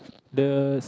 the